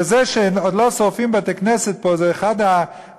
וזה שעוד לא שורפים בתי-כנסת פה זה אחד הדברים